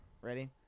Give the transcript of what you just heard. Ready